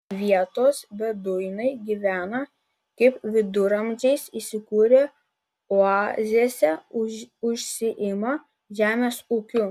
vietos beduinai gyvena kaip viduramžiais įsikūrę oazėse užsiima žemės ūkiu